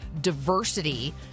diversity